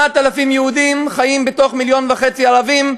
8,000 יהודים חיים בתוך 1.5 מיליון ערבים,